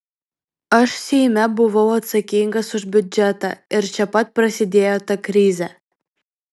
aš seime buvau atsakingas už biudžetą ir čia pat prasidėjo ta krizė